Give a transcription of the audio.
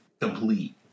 Complete